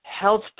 health